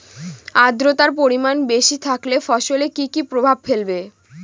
আদ্রর্তার পরিমান বেশি থাকলে ফসলে কি কি প্রভাব ফেলবে?